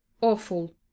Awful